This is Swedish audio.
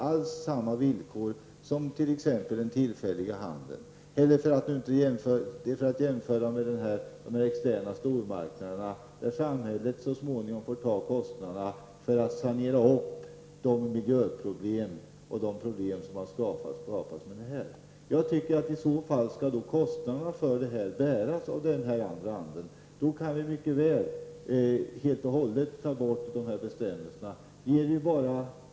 Därför sker inte konkurrensen med den tillfälliga handeln på lika villkor, för att nu inte tala om de externa stormarknaderna, som medför att samhället så småningom får ta kostnaderna för att sanera de miljöproblem och andra problem som dessa förorsakar. Jag tycker att kostnaderna i så fall skall bäras av denna handel. Om så blir fallet kan vi helt och hållet ta bort dessa bestämmelser.